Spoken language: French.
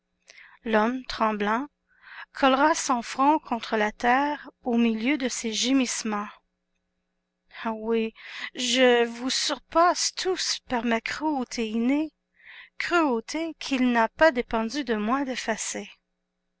l'homme tremblant collera son front contre la terre au milieu de ses gémissements oui je vous surpasse tous par ma cruauté innée cruauté qu'il n'a pas dépendu de moi d'effacer